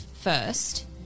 first